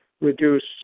reduce